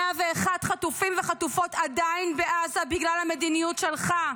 101 חטופים וחטופות עדיין בעזה בגלל המדיניות שלך.